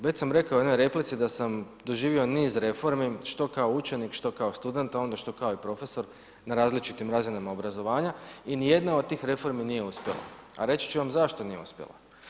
Već sam rekao u jednoj replici da sam doživio niz reformi, što kao učenik, što kao student, a onda što kao i profesor na različitim razinama obrazovanja i nijedna od tih reformi nije uspjela, a reći ću vam i zašto nije uspjela.